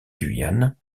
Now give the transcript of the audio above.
guyane